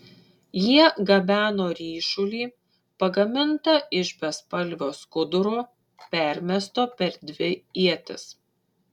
jie gabeno ryšulį pagamintą iš bespalvio skuduro permesto per dvi ietis